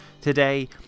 today